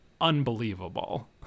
unbelievable